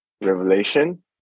revelation